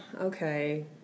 okay